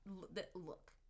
look